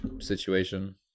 situation